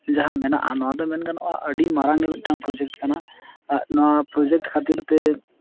ᱡᱟᱦᱟᱸ ᱢᱮᱱᱟᱜᱼᱟ ᱱᱚᱣᱟ ᱫᱚ ᱢᱮᱱ ᱜᱟᱱᱚᱜᱼᱟ ᱟᱹᱰᱤ ᱢᱟᱨᱟᱝ ᱜᱮ ᱢᱤᱫᱴᱟᱱ ᱯᱨᱚᱡᱮᱠᱴ ᱠᱟᱱᱟ ᱱᱚᱣᱟ ᱯᱨᱚᱡᱮᱠᱴ ᱠᱷᱟᱹᱛᱤᱨ ᱛᱮ